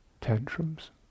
tantrums